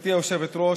גברתי היושבת-ראש,